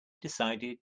decided